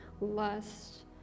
lust